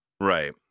Right